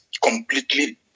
completely